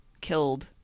killed